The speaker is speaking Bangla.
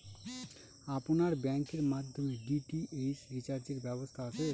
আপনার ব্যাংকের মাধ্যমে ডি.টি.এইচ রিচার্জের ব্যবস্থা আছে?